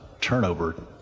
turnover